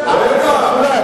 אמר: לא נרד,